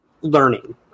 learning